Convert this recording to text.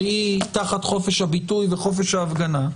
שהיא תחת חופש הביטוי וחופש ההפגנה,